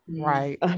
right